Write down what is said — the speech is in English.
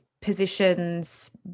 positions